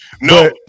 No